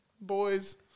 boys